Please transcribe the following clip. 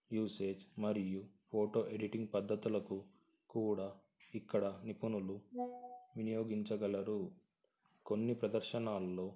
usage మరియు photo editing పద్ధతులకు కూడా ఇక్కడ నిపుణులు వినియోగించగలరు కొన్ని ప్రదర్శనల్లో